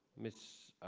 miss